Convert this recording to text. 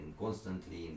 constantly